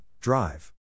Drive